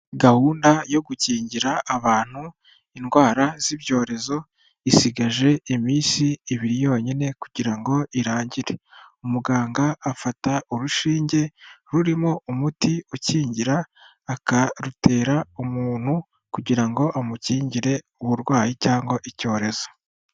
Gahunda yo gukingira abantu indwara z'ibyorezo isigaje iminsi ibiri yonyine kugira ngo irangire. Umuganga afata urushinge rurimo umuti ukingira akarutera umuntu kugira ngo amukingire uburwayi cyangwa icyorezo.